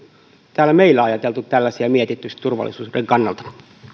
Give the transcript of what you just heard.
täällä meillä ajateltu tällaisia mietitty turvallisuuden kannalta